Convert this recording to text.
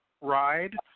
ride